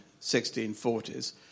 1640s